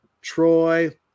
Troy